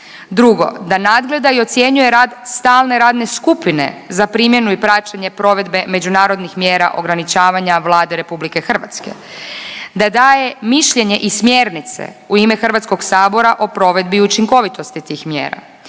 2. da nadgleda i ocjenjuje rad stalne radne skupine za primjenu i praćenje provedbe međunarodnih mjera ograničavanja Vlade RH. Da daje mišljenje i smjernice u ime Hrvatskog sabora o provedbi učinkovitosti tih mjera,